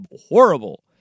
horrible